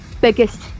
biggest